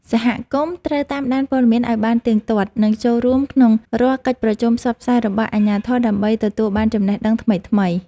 សហគមន៍ត្រូវតាមដានព័ត៌មានឱ្យបានទៀងទាត់ និងចូលរួមក្នុងរាល់កិច្ចប្រជុំផ្សព្វផ្សាយរបស់អាជ្ញាធរដើម្បីទទួលបានចំណេះដឹងថ្មីៗ។